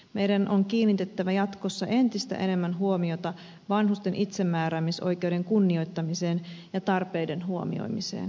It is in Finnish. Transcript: meidän on kiinnitettävä jatkossa entistä enemmän huomiota vanhusten itsemääräämisoikeuden kunnioittamiseen ja tarpeiden huomioimiseen